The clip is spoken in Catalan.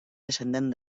descendent